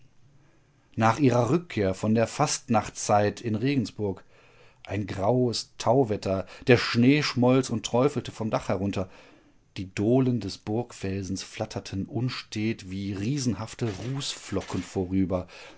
nach ihrer rückkehr von der fastnachtszeit in regensburg ein graues tauwetter der schnee schmolz und träufelte vom dach herunter die dohlen des burgfelsens flatterten unstet wie riesenhafte rußflocken vorüber